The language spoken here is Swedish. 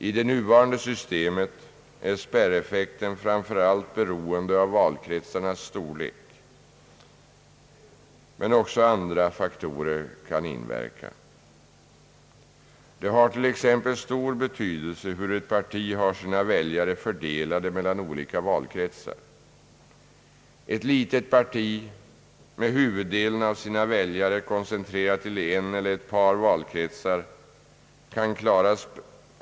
I det nuvarande systemet är spärreffekten framför allt beroende av valkretsarnas storlek, men även andra faktorer kan inverka. Det har t.ex. stor betydelse hur ett parti har sina väljare fördelade mellan olika valkretsar. Ett litet parti med huvuddelen av sina väljare koncentrerade till en eller ett par valkretsar kan klara spärren, medan ett annat parti med lika många väljare men med en mera jämn fördelning av väljarna på valkretsarna blir utan representation.